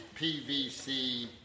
PVC